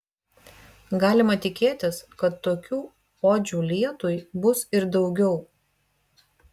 galima tikėtis kad tokių odžių lietui bus ir daugiau